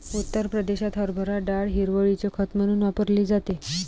उत्तर प्रदेशात हरभरा डाळ हिरवळीचे खत म्हणून वापरली जाते